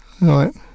Right